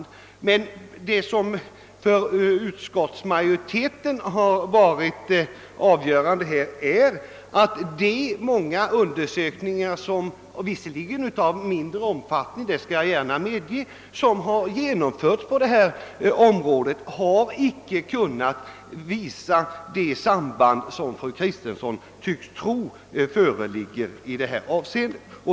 Det som för utskottsmajoriteten varit avgörande är att många av de undersökningar som genomförts på detta område — att dessa undersökningar är av mindre omfattning skall jag gärna medge — icke har kunnat påvisa de samband som fru Kristensson tycks tro föreligger i detta avseende.